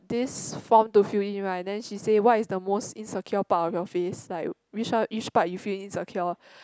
this form to fill in right then she say what is the most insecure part of your face like which one which part you feel insecure